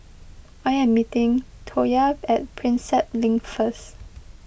I am meeting Toya at Prinsep Link first